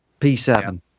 P7